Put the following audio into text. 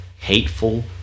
hateful